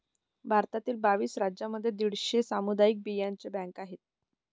भारतातील बावीस राज्यांमध्ये दीडशे सामुदायिक बियांचे बँका आहेत